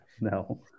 No